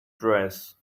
dress